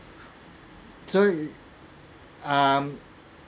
so um